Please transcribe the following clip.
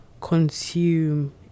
consume